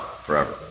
Forever